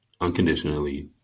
unconditionally